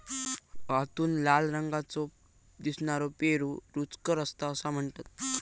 आतून लाल रंगाचो दिसनारो पेरू रुचकर असता असा म्हणतत